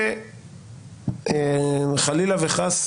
חלילה וחס,